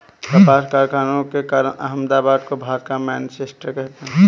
कपास कारखानों के कारण अहमदाबाद को भारत का मैनचेस्टर कहते हैं